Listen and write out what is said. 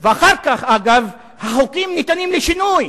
אחר כך, אגב, החוקים ניתנים לשינוי,